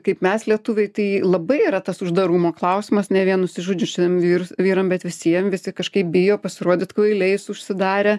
kaip mes lietuviai tai labai yra tas uždarumo klausimas ne vien nusižudžiušiam vyrs vyram bet visiem visi kažkaip bijo pasirodyt kvailiais užsidarę